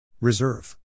reserve